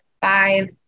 five